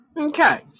Okay